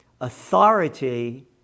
authority